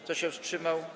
Kto się wstrzymał?